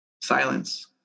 silence